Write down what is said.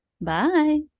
Bye